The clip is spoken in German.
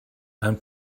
ein